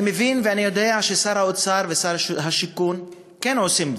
אני מבין ואני יודע ששר האוצר ושר השיכון כן עושים דברים,